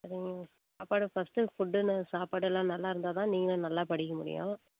சரிங்க சாப்பாடு first food சாப்பாடு எல்லாம் நல்லா இருந்தால் தான் நீங்கள் நல்லா படிக்க முடியும்